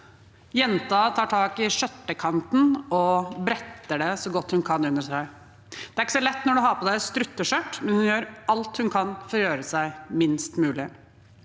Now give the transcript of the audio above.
Jenta tar tak i skjørtekanten og bretter den så godt hun kan under seg. Det er ikke så lett når man har på seg strutteskjørt, men hun gjør alt hun kan for å gjøre seg minst mulig.